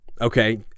Okay